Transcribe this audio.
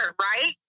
right